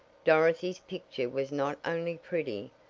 dorothy's picture was not only pretty,